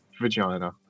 vagina